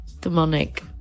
demonic